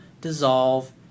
dissolve